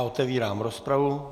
Otevírám rozpravu.